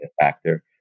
factor